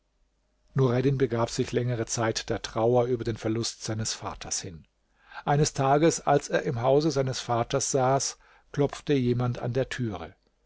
nureddin gab sich längere zeit der trauer über den verlust seines vaters hin eines tages als er im hause seines vaters saß klopfte jemand an der türe